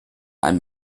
eine